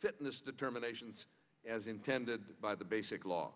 fitness determinations as intended by the basic law